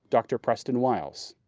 dr. preston wiles.